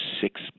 six